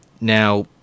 now